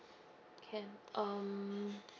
can um